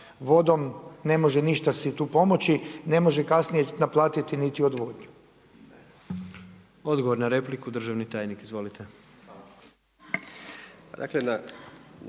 vodom ne može ništa si tu pomoći, ne može kasnije naplatiti niti odvodnju? **Jandroković, Gordan (HDZ)** Odgovor na repliku državni tajnik. Izvolite.